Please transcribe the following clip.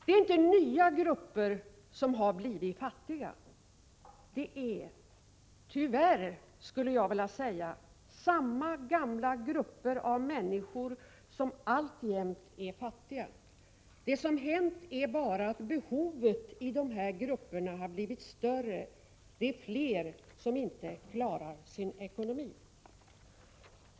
Det är inte nya grupper som har blivit fattiga. Det är — tyvärr, skulle jag vilja säga — samma gamla grupper och människor som alltjämt är fattiga. Det som hänt är bara att behovet i de här grupperna har blivit större — det är fler som inte klarar sin ekonomi.